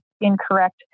incorrect